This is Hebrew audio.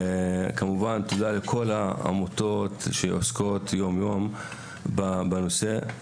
וכמובן תודה לכל העמותות שעוסקות יום יום בנושא.